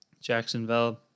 Jacksonville